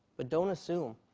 but don't assume.